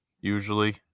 usually